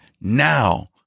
now